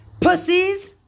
Pussies